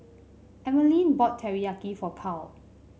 Emeline bought Teriyaki for Carl